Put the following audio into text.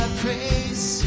praise